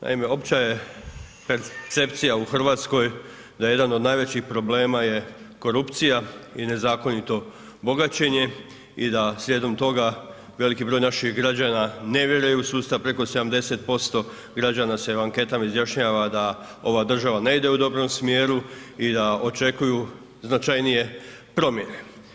Naime, opća je percepcija u Hrvatskoj da jedan od najvećih problema je korupcija i nezakonito bogaćenje i da slijedom toga, veliki broj naših građana ne vjeruje u sustav, preko 70% građana se u anketama izjašnjava da ova država ne ide u dobrom smjeru i da očekuju značajnije promjene.